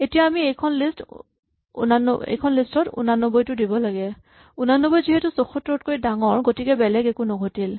এতিয়া আমি এইখন লিষ্ট ত ৮৯ দিব লাগে ৮৯ যিহেতু ৭৪ তকৈ ডাঙৰ গতিকে বেলেগ একো নঘটিল